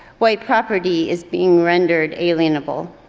white property is being rendered alienable.